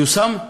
יושם?